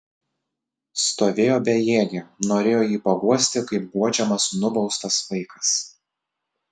stovėjo bejėgė norėjo jį paguosti kaip guodžiamas nubaustas vaikas